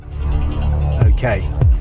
Okay